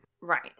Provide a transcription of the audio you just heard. Right